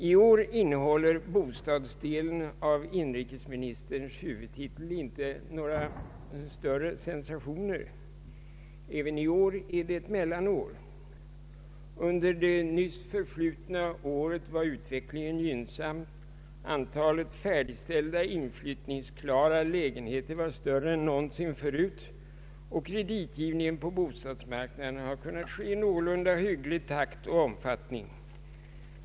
I år innehåller bostadsdelen av inrikesministerns huvudtitel inte några större sensationer. Även detta år är ett mellanår. Under det nyss förflutna året var utvecklingen gynnsam: antalet färdigställda inflyttningsklara lägenheter var större än någonsin, och kreditgivningen på bostadsmarknaden kunde ske i någorlunda hygglig takt och omfattning.